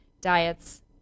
diets